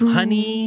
Honey